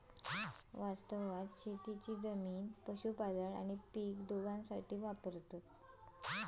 वास्तवात शेतीची जमीन पशुपालन आणि पीक दोघांसाठी वापरतत